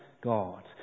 God